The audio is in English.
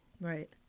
right